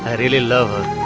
ah really love